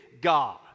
God